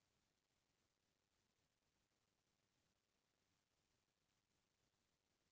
बरसात के बाद का का साग उगाए जाथे सकत हे?